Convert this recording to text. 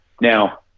now